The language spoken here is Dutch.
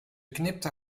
knipte